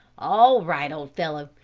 all right, old fellow,